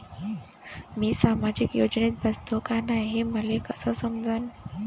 मी सामाजिक योजनेत बसतो का नाय, हे मले कस समजन?